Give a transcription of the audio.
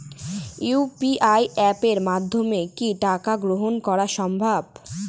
UPI অ্যাপের মাধ্যমে কি টাকা গ্রহণ করাও সম্ভব?